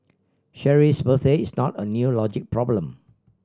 Cheryl's birthday is not a new logic problem